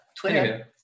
Twitter